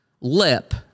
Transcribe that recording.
lip